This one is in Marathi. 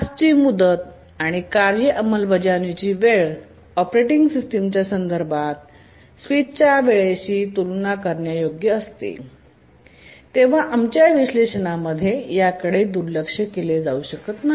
टास्कची मुदत आणि कार्य अंमलबजावणीची वेळ ऑपरेटिंग सिस्टम च्या संदर्भ स्विचच्या वेळेशी तुलना करण्यायोग्य असते तेव्हा आमच्या विश्लेषणामध्ये त्याकडे दुर्लक्ष केले जाऊ शकत नाही